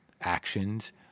actions